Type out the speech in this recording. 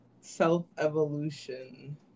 self-evolution